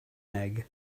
egg